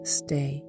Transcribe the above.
stay